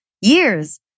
years